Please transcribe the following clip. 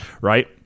Right